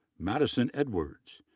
madison edwards,